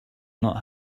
not